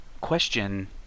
question